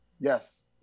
Yes